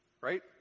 Right